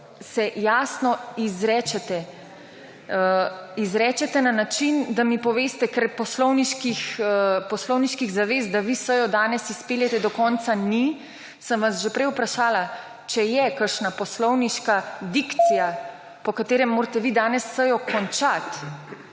se jasno izrečete, izrečete na način, da mi poveste, ker poslovniških zavez, da vi sejo danes izpeljete do konca ni, sem vas že prej vprašala, če je kakšna poslovniška dikcija, po katerem morate vi sejo danes končati